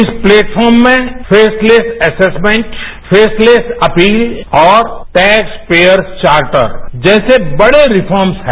इस प्लेटफॉर्म में faceless assessment faceless appeal और टेक्सपेयर चार्टर जैसे बड़े रिफार्मस हैं